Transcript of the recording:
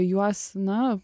juos na